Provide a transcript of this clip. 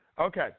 Okay